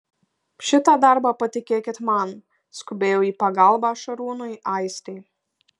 šitą darbą patikėkit man skubėjo į pagalbą šarūnui aistė